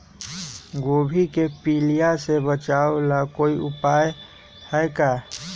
गोभी के पीलिया से बचाव ला कोई उपाय है का?